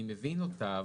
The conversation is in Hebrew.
אני מבין אותה,